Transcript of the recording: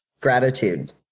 gratitude